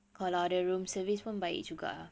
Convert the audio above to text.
kalau ada room service pun baik juga